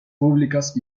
públicas